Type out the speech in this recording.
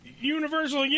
Universal